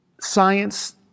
science